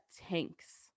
tanks